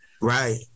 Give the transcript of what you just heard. Right